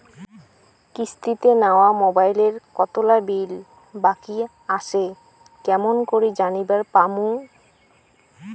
কিস্তিতে নেওয়া মোবাইলের কতোলা বিল বাকি আসে কেমন করি জানিবার পামু?